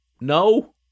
No